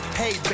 hey